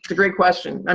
great question. um